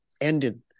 ended